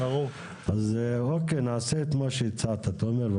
אז אוקיי, נעשה את מה שהצעת, תומר.